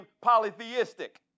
polytheistic